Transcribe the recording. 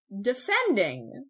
defending